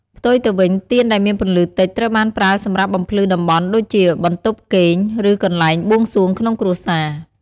ផ្ទុយទៅវិញ ទៀនដែលមានពន្លឺតិច ត្រូវបានប្រើសម្រាប់បំភ្លឺតំបន់ដូចជាបន្ទប់គេង ឬកន្លែងបួងសួងក្នុងគ្រួសារ។